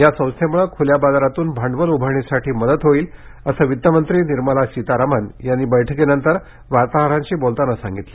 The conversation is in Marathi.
या संस्थेमुळे खुल्या बाजारातून भांडवल उभारणीसाठी मदत होईल असं अर्थमंत्री निर्मला सीतारामन यांनी मंत्रीमंडळ बैठकीनंतर वार्ताहरांशी बोलताना सांगितलं